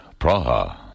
Praha. (